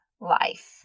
life